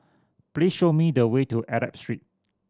please show me the way to Arab Street